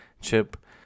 Chip